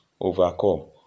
overcome